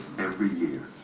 every year.